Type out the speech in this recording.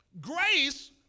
grace